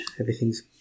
Everything's